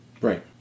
Right